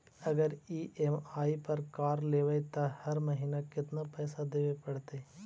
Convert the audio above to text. अगर ई.एम.आई पर कार लेबै त हर महिना केतना पैसा देबे पड़तै?